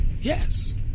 Yes